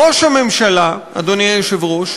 ראש הממשלה, אדוני היושב-ראש,